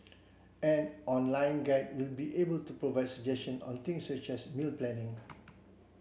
an online guide will be available to provide suggestions on things such as meal planning